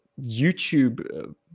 YouTube